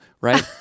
right